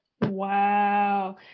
wow